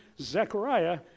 Zechariah